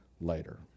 later